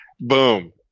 boom